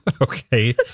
Okay